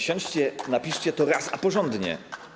Siądźcie, napiszcie to raz, a porządnie.